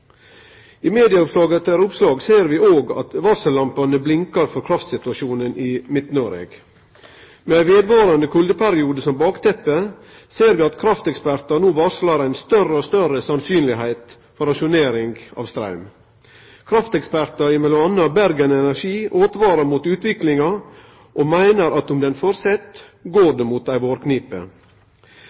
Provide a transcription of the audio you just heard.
I oppslag etter oppslag i media ser vi òg at varsellampene blinkar for kraftsituasjonen i Midt-Noreg. Med ein vedvarande kuldeperiode som bakteppe ser vi at kraftekspertar no varslar ei større og større sannsynlegheit for rasjonering av straum. Kraftekspertar i m.a. Bergen Energi åtvarar mot utviklinga og meiner at om dette fortset, går det mot ei vårknipe.